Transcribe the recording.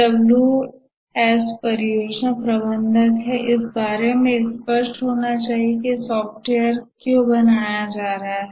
5 Ws परियोजना प्रबंधक हैं इस बारे में स्पष्ट होना चाहिए कि सॉफ्टवेयर क्यों बनाया जा रहा है